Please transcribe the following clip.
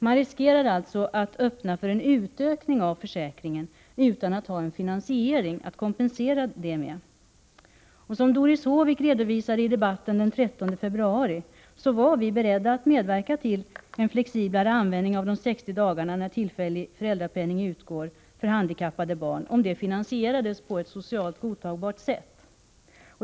Man riskerar alltså att öppna för en utökning av försäkringen utan att ha en finansiering att kompensera det med. Som Doris Håvik redovisade i debatten den 13 februari, var vi beredda att medverka till en flexiblare användning av de 60 dagarna när tillfällig föräldrapenning utgår för handikappade barn, om det finansierades på ett socialt godtagbart sätt.